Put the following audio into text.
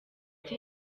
ati